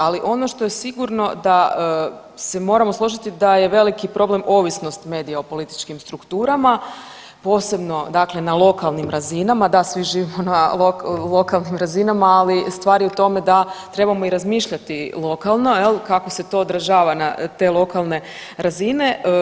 Ali, ono što je sigurno da, se moramo složiti da je veliki problem ovisnost medija o političkim strukturama, posebno dakle na lokalnim razinama, da svim živimo na lokalnim razinama, ali stvar je u tome da trebamo i razmišljati lokalno, je li, kako se to odražava na te lokalne razine.